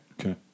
Okay